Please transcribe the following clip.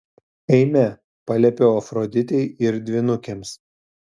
eime paliepiau afroditei ir dvynukėms